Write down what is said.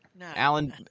Alan